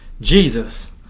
Jesus